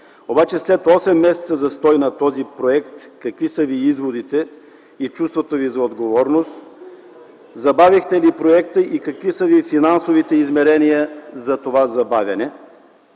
е: след осем месеца застой на този проект какви са изводите Ви и чувството Ви за отговорност - забавихте ли проекта и какви са финансовите измерения за това забавяне?